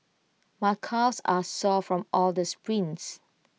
my calves are sore from all the sprints